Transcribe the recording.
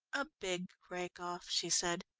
a big rake-off, she said.